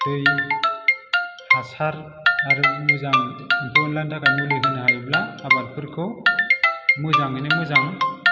दै हासार आरो मोजां एम्फौ एनलानि थाखाय मुलि होनो हायोब्ला आबादफोराखौ मोजाङैनो मोजां